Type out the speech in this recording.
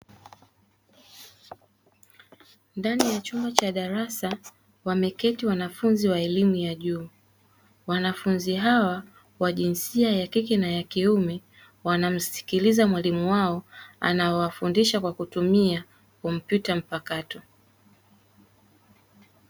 Ndani ya chumba cha darasa wameketi wanafunzi wa elimu ya juu, wanafunzi hawa wa jinsia ya kike na ya kiume wanamsikiliza mwalimu wao anayewafundisha kwa kutumia kompyuta mpakato.